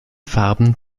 farben